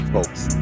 Folks